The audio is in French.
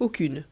aucune